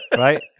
Right